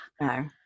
No